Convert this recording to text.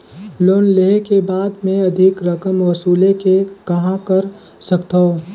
Loan लेहे के बाद मे अधिक रकम वसूले के कहां कर सकथव?